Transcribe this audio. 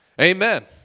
Amen